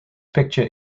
picture